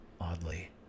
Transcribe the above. Oddly